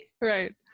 Right